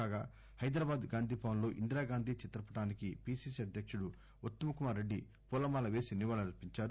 కాగా హైదరాబాదు గాంధీభవన్ లో ఇందిరా గాంధి చిత్రపటానికి పిసిసి అధ్యక్తుడు ఉత్తమ్ కుమార్ రెడ్డి పూల మాల పేసి నివాళులర్పించారు